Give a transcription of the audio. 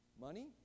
Money